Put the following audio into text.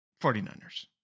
49ers